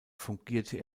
fungierte